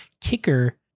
kicker